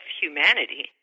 humanity